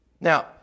Now